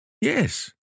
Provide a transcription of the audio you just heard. Yes